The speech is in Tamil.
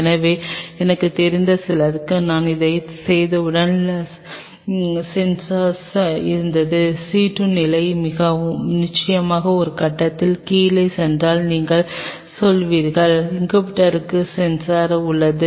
எனவே எனக்குத் தெரிந்த சிலருக்கு நான் அதைச் செய்தவுடன் சென்சார் இருந்தது C2 நிலை நிச்சயமாக ஒரு கட்டத்திற்குக் கீழே சென்றால் நீங்கள் சொல்வீர்கள் இன்குபேட்டருக்கு சென்சார் உள்ளது